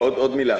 עוד מילה.